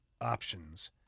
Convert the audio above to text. Options